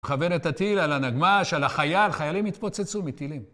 לכוון את הטיל על הנגמש, על החייל, חיילים התפוצצו מטילים.